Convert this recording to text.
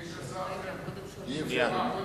כן.